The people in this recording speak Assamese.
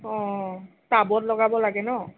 অঁ টাবত লগাব লাগে ন